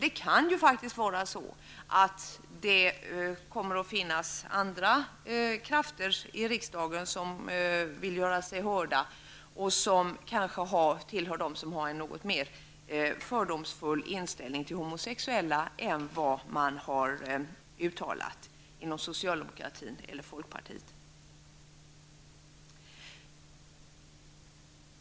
Det kan faktiskt komma att finnas andra krafter i riksdagen som vill göra sig hörda och som kanske tillhör dem som har en något mer fördomsfull inställning till homosexuella än den som uttalats inom socialdemokratin och folkpartiet.